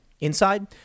Inside